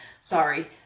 Sorry